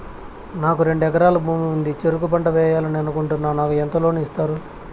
నాకు రెండు ఎకరాల భూమి ఉంది, చెరుకు పంట వేయాలని అనుకుంటున్నా, నాకు ఎంత లోను ఇస్తారు?